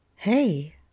Hey